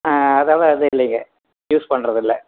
ஆ அதெல்லாம் எதுவும் இல்லைங்க யூஸ் பண்ணுறது இல்லை